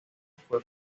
fue